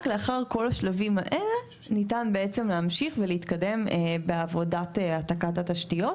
לאחר כל השלבים האלה ניתן בעצם להמשיך ולהתקדם בעבודת התשתיות.